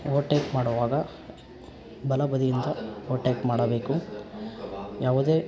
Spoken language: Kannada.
ಓವಟೇಕ್ ಮಾಡುವಾಗ ಬಲ ಬದಿಯಿಂದ ಓವಟೇಕ್ ಮಾಡಬೇಕು ಯಾವುದೇ